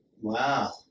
Wow